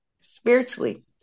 spiritually